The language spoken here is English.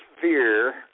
fear